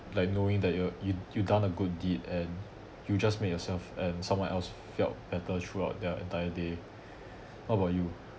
like knowing that you you you done a good deed and you just make yourself and someone else felt better throughout their entire day what about you